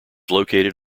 located